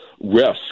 risk